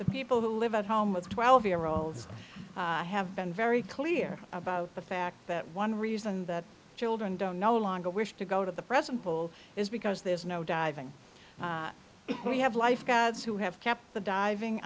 the people who live at home with twelve year olds have been very clear about the fact that one reason that children don't no longer wish to go to the present bull is because there's no diving we have life gods who have kept the diving